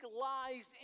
lies